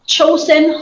Chosen